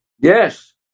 Yes